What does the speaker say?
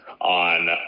on